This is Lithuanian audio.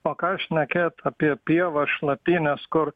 o ką šnekėt apie pievas šlapynes kur